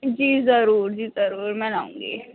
جی ضرور جی ضرور میں آؤں گی